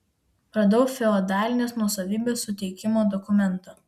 radau feodalinės nuosavybės suteikimo dokumentą